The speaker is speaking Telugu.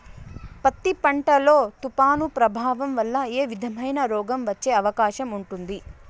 పత్తి పంట లో, తుఫాను ప్రభావం వల్ల ఏ విధమైన రోగం వచ్చే అవకాశం ఉంటుంది?